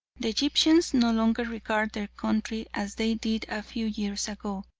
the egyptians no longer regard their country as they did a few years ago,